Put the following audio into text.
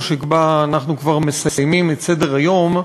שבה אנחנו כבר מסיימים את סדר-היום,